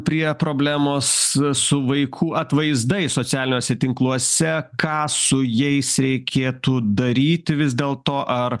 prie problemos su vaikų atvaizdais socialiniuose tinkluose ką su jais reikėtų daryti vis dėlto ar